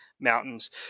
mountains